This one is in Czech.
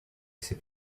jsi